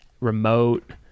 remote